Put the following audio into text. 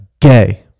gay